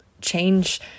change